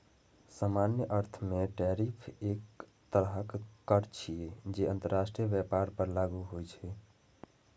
सामान्य अर्थ मे टैरिफ एक तरहक कर छियै, जे अंतरराष्ट्रीय व्यापार पर लागू होइ छै